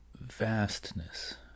vastness